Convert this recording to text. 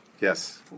Yes